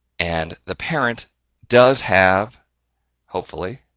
and the parent does have hopefully